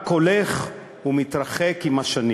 רק הולך וגדל עם השנים.